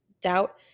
doubt